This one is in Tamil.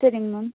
செரிங்க மேம்